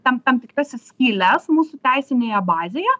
tam tam tikras skyles mūsų teisinėje bazėje